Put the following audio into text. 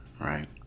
right